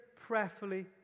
prayerfully